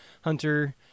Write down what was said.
hunter